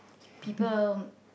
people